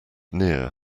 near